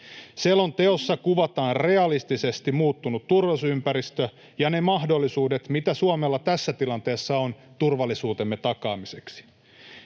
Selonteossa kuvataan realistisesti muuttunut turvallisuusympäristö ja ne mahdollisuudet, mitä Suomella tässä tilanteessa on turvallisuutemme takaamiseksi.